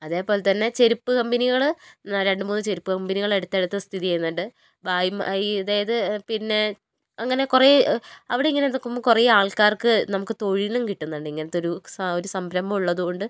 അതേപോലെ തന്നെ ചെരുപ്പ് കമ്പനികൾ രണ്ടുമൂന്ന് ചെരുപ്പ് കമ്പനികൾ അടുത്തടുത്ത് സ്ഥിതി ചെയ്യുന്നുണ്ട് ആ ഈ അതായത് പിന്നെ അങ്ങനെ കുറേ അവിടെയിങ്ങനെ നോക്കുമ്പോൾ കുറെ ആൾക്കാർക്ക് നമുക്ക് തൊഴിലും കിട്ടുന്നുണ്ട് ഇങ്ങനത്തെ ഒരു ഒരു സംരംഭം ഉള്ളതുകൊണ്ട്